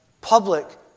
public